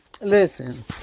listen